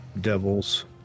devils